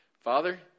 Father